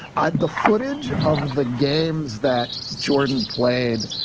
i had the footage of the games that jordan played,